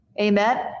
Amen